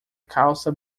calça